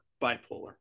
bipolar